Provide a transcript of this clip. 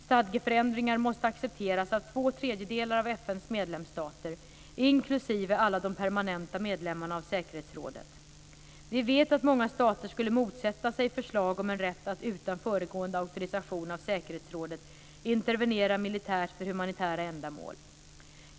Stadgeförändringar måste accepteras av två tredjedelar av FN:s medlemsstater, inklusive alla de permanenta medlemmarna av säkerhetsrådet. Vi vet att många stater skulle motsätta sig förslag om en rätt att utan föregående auktorisation av säkerhetsrådet intervenera militärt för humanitära ändamål.